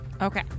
Okay